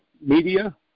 media